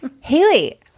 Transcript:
Haley